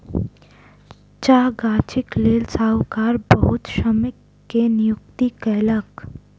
चाह गाछीक लेल साहूकार बहुत श्रमिक के नियुक्ति कयलक